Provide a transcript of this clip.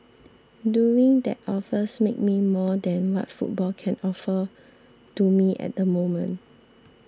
doing that offers make me more than what football can offer to me at the moment